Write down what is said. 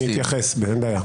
אני אתייחס, אין בעיה.